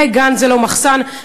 ב"גן זה לא מחסן".